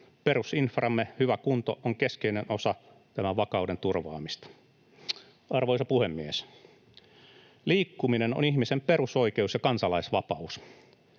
Perusinframme hyvä kunto on keskeinen osa tämän vakauden turvaamista. Arvoisa puhemies! Liikkuminen on ihmisten perusoikeus ja kansalaisvapaus.